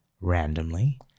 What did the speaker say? randomly